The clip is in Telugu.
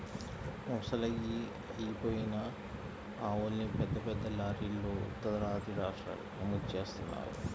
ముసలయ్యి అయిపోయిన ఆవుల్ని పెద్ద పెద్ద లారీలల్లో ఉత్తరాది రాష్ట్రాలకు ఎగుమతి జేత్తన్నారు